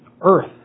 earth